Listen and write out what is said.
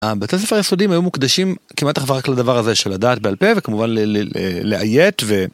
הבתי ספר היסודיים היו מוקדשים כמעט אך רק לדבר הזה של לדעת בעל פה וכמובן לאיית.